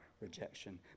rejection